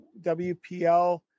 WPL